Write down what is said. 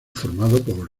formado